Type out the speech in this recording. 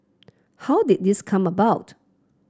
how did this come about